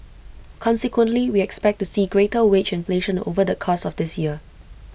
consequently we expect to see greater wage inflation over the course of this year